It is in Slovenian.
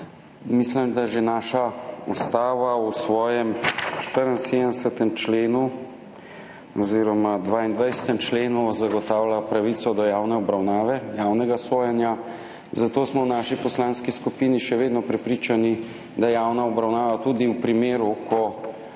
mislim, da že naša Ustava v svojem 22. členu zagotavlja pravico do javne obravnave, javnega sojenja, zato smo v naši poslanski skupini še vedno prepričani, da za javno obravnavo tudi v primeru, ko